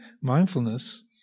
mindfulness